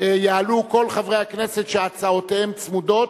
יעלו כל חברי הכנסת שהצעותיהם צמודות,